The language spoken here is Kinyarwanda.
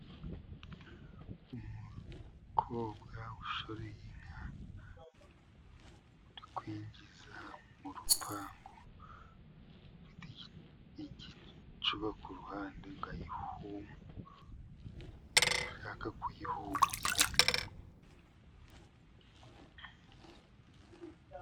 Umukobwa ushoreye inka uri kuyinjiza mu rupangu, igicuba ku ruhande ukamiramo amata iyo ushaka kuyihumuza.